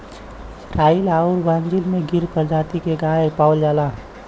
Israel आउर Brazil में गिर परजाती के गाय पावल जाला